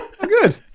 Good